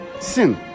sin